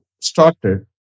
started